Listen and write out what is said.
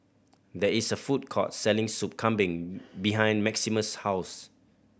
there is a food court selling Soup Kambing behind Maximus' house